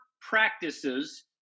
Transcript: practices